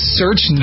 search